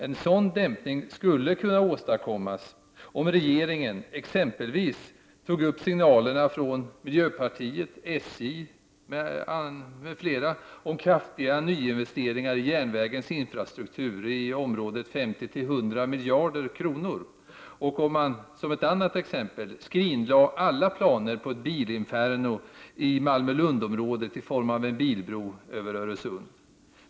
En sådan dämpning skulle kunna åstadkommas om regeringen exempelvis uppmärksammade signalerna från miljöpartiet, SJ m.fl. om kraftiga nyinvesteringar i järnvägens infrastruktur i området 50 till 100 miljarder kronor och om man, som ett annat exempel, skrinlade alla planer på ett bilinferno i Malmö-Lund-området i form av en bilbro över Öresund.